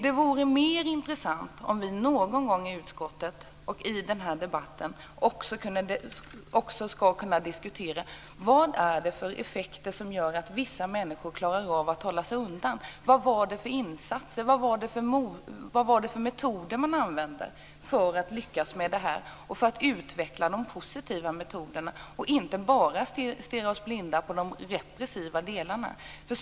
Det vore mer intressant om vi någon gång i utskottet och i den här debatten också kunde diskutera vad det är för effekter som gör att vissa människor klarar av att hålla sig undan. Vad var det för insatser? Vad var det för metoder man använde för att lyckas med detta? Det handlar om att utveckla de positiva metoderna och inte bara stirra sig blind på de repressiva delarna.